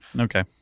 okay